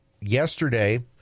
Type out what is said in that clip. yesterday